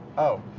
oh.